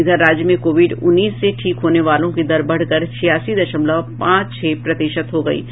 इधर राज्य में कोविड उन्नीस से ठीक होने वालों की दर बढ़कर छियासी दशमलव पांच छह प्रतिशत हो गयी है